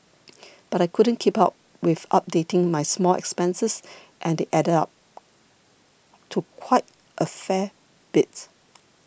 but I couldn't keep up with updating my small expenses and they added up to quite a fair bit